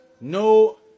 no